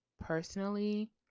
personally